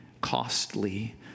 costly